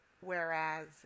Whereas